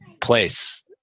place